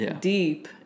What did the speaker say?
deep